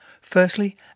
Firstly